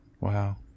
Wow